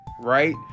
right